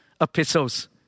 epistles